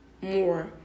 more